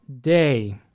day